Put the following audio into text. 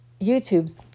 YouTubes